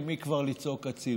למי כבר לצעוק הצילו.